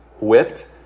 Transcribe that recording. whipped